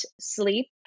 sleep